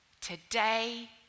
Today